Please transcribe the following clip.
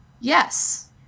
yes